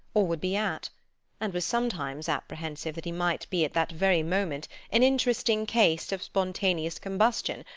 or would be at and was sometimes apprehensive that he might be at that very moment an interesting case of spontaneous combustion,